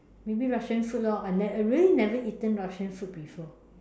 maybe the Russian food lor I never I really never eaten Russian food before